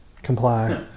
comply